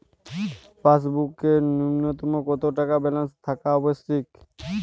পাসবুকে ন্যুনতম কত টাকা ব্যালেন্স থাকা আবশ্যিক?